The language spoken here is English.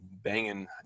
Banging